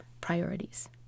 priorities